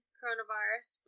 coronavirus